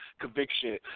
conviction